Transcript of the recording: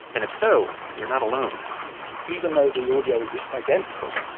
and if so, you're not alone even though the audio is identical,